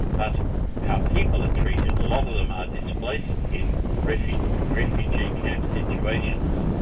but how people are treated. a lot of them are displaced in refugee refugee camp situations,